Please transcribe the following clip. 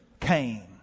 came